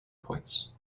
points